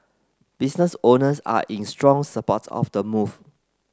business owners are in strong support of the move